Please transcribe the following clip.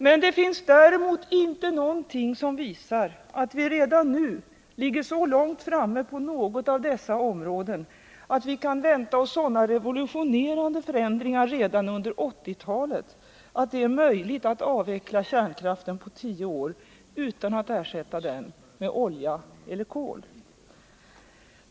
Däremot finns det inte något som visar att vi redan nu ligger så långt framme på något av dessa områden att vi kan vänta oss sådana revolutionerande förändringar redan under 1980-talet att det är möjligt att avveckla kärnkraften på tio år utan att ersätta den med olja eller kol.